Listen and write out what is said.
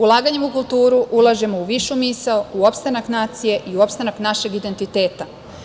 Ulaganjem u kulturu ulažemo u višu misao, u opstanak nacije i u opstanak našeg identiteta.